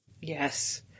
Yes